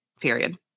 period